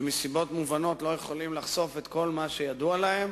שמסיבות מובנות לא יכולים לחשוף את כל מה שידוע להם,